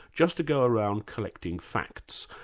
just to go around collecting facts,